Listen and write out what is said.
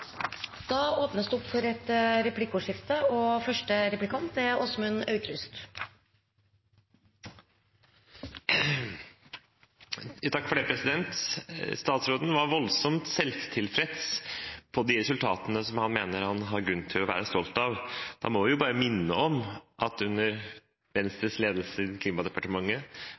Det blir replikkordskifte. Statsråden var voldsomt selvtilfreds med de resultatene han mener han har grunn til å være stolt av. Da må vi bare minne om at under Venstres ledelse i Klimadepartementet,